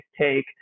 take